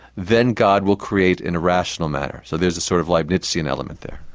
then god will create in a rational manner. so there's a sort of leibnizian element there.